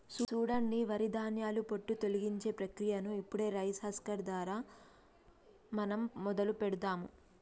సూడండి వరి ధాన్యాల పొట్టు తొలగించే ప్రక్రియను ఇప్పుడు రైస్ హస్కర్ దారా మనం మొదలు పెడదాము